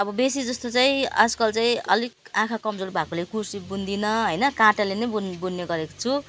अब बेसी जस्तो चाहिँ आजकल चाहिँ अलिक आँखा कमजोर भएकाले कुर्सी बुन्दिनँ होइन काँटाले नै बुन्न बुन्ने गरेको छु